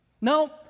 No